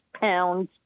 pounds